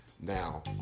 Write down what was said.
Now